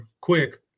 quick